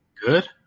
good